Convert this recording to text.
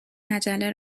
مجله